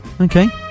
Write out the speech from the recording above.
okay